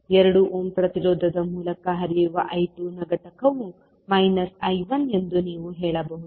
2 ohm ಪ್ರತಿರೋಧದ ಮೂಲಕ ಹರಿಯುವ I2 ನ ಘಟಕವು I1 ಎಂದು ನೀವು ಹೇಳಬಹುದು